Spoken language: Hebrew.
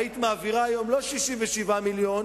היית מעבירה היום לא 67 מיליון,